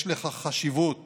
יש לכך חשיבות